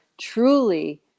truly